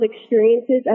experiences